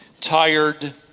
tired